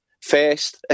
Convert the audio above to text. first